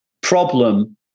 problem